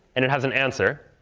and it has an answer.